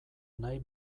nahi